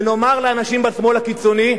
ונאמר לאנשים בשמאל הקיצוני: